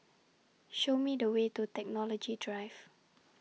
Show Me The Way to Technology Drive